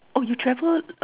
oh you travel